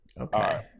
Okay